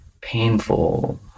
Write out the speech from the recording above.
painful